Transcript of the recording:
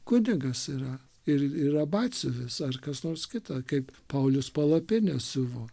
kunigas yra ir yra batsiuvys ar kas nors kita kaip paulius palapinę siuvo